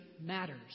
matters